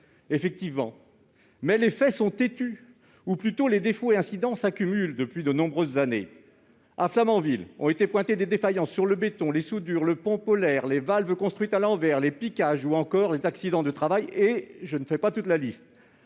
» Certes, mais les faits sont têtus, ou plutôt les défauts et incidents s'accumulent depuis de nombreuses années ! À Flamanville, ont été pointées des défaillances sur le béton, les soudures, le pont polaire, les valves construites à l'envers, les piquages, ou encore les accidents du travail. Et je ne déroule pas toute la liste.